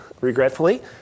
regretfully